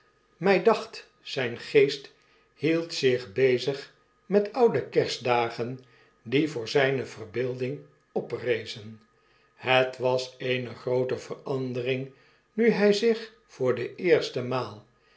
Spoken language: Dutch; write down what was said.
mg dacht zjjn geest hield zich bezig met oude kerstdagen die voor zijne verbeelding oprezen het was eene groote verandering nu hij zich voor de eerste maal